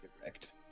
Correct